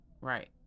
right